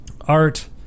art